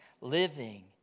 Living